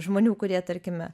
žmonių kurie tarkime